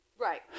Right